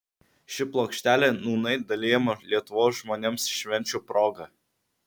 ši plokštelė nūnai dalijama lietuvos žmonėms švenčių proga